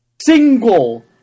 single